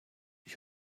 ich